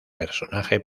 personaje